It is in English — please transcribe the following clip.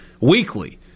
weekly